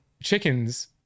chickens